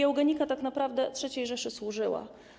Eugenika tak naprawdę III Rzeszy służyła.